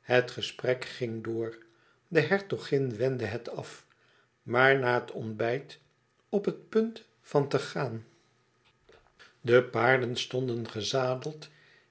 het gesprek ging door de hertogin wendde het af maar na het ontbijt op het punt van te gaan de paarden stonden gezadeld